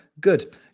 good